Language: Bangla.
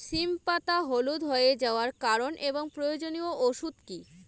সিম পাতা হলুদ হয়ে যাওয়ার কারণ এবং প্রয়োজনীয় ওষুধ কি?